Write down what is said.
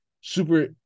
super